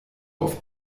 auf